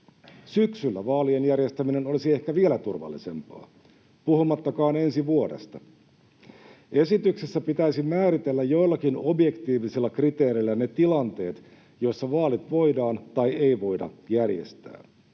syksyllä vaalien järjestäminen olisi ehkä vielä turvallisempaa, puhumattakaan ensi vuodesta. Esityksessä pitäisi määritellä joillakin objektiivisilla kriteereillä ne tilanteet, joissa vaalit voidaan tai ei voida järjestää.